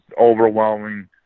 overwhelming